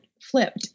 flipped